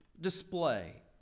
display